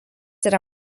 yra